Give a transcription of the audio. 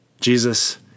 Jesus